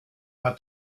hat